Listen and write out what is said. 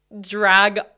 drag